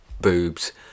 boobs